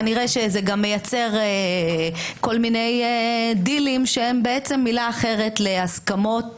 כנראה שזה גם מייצר כל מיני דילים שהם בעצם מילה אחרת להסכמות